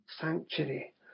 Sanctuary